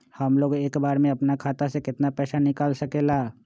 हमलोग एक बार में अपना खाता से केतना पैसा निकाल सकेला?